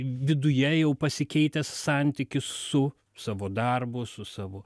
viduje jau pasikeitęs santykis su savo darbu su savo